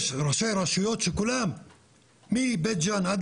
יש ראשי רשויות שכולם מבית ג'אן עד